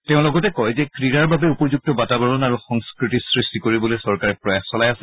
তেওঁ লগতে কয় যে ক্ৰীড়াৰ বাবে উপযুক্ত বাতাৱৰণ আৰু সংস্থতি সৃষ্টি কৰিবলৈ চৰকাৰে প্ৰয়াস চলাই আছে